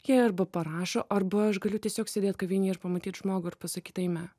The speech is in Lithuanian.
jie arba parašo arba aš galiu tiesiog sėdėt kavinėj ir pamatyt žmogų ir pasakyt eime